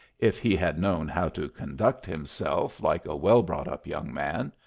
if he had known how to conduct himself like a well-brought-up young man.